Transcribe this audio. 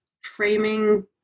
framing